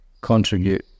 contribute